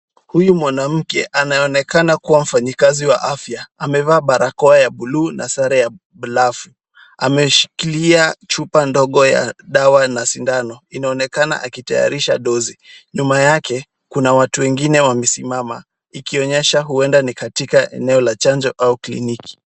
Huyu mwanamke anaonekana kuwa mfanyikazi wa afya. Amevaa barakoa buluu na sare ya blafu. Ameshikilia chupa ndogo ya dawa na sindano. Inaonekana akitayarisha dozi. Nyuma yake kuna watu wengine wamesimama ikionyesha huenda ni katika eneo la chanjo au kliniki.